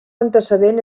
antecedent